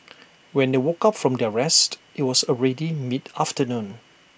when they woke up from their rest IT was already mid afternoon